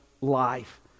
life